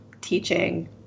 teaching